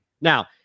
Now